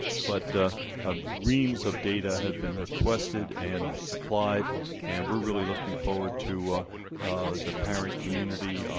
but ah reams of data have been requested and supplied and we're really looking forward to the parent community